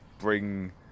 bring